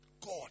God